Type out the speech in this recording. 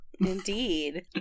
indeed